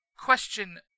Question